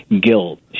guilt